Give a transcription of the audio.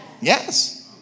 Yes